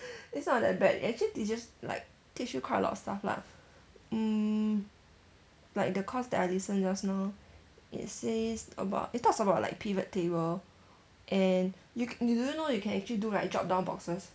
it's not that bad actually they just like teach you quite a lot of stuff lah mm like the course that I listen just now it says about it talks about like pivot table and you c~ do you know you can actually do like drop-down boxes